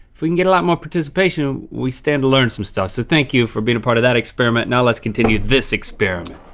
can get a lot more participation, we stand to learn some stuff. so thank you for being a part of that experiment. now let's continue this experiment.